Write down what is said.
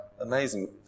amazing